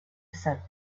sat